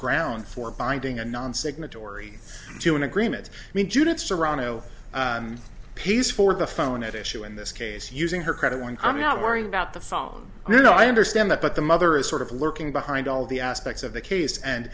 ground for binding a non signatory to an agreement i mean judith serrano pays for the phone at issue in this case using her credit when i'm not worried about the following you know i understand that but the mother is sort of lurking behind all the aspects of the case and